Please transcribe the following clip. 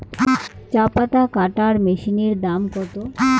চাপাতা কাটর মেশিনের দাম কত?